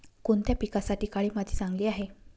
कोणत्या पिकासाठी काळी माती चांगली आहे?